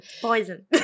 Poison